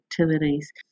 activities